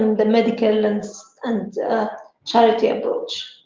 and the medical lens and charity. and